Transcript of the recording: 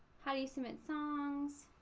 how do you submit songs?